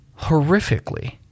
horrifically